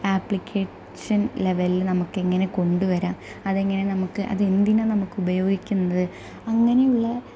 application ലെവലിൽ നമുക്കെങ്ങനെ കൊണ്ട് വരാം അതെങ്ങനെ നമുക്ക് അതെന്തിനാണ് നമുക്ക് ഉപയോഗിക്കുന്നത് അങ്ങനെയുള്ള